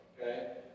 Okay